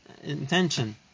intention